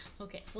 okay